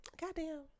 Goddamn